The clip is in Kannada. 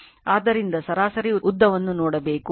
ಆದ್ದರಿಂದ ಸರಾಸರಿ ಉದ್ದವನ್ನು ನೋಡಬೇಕು